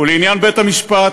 ולעניין בית-המשפט,